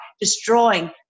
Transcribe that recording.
destroying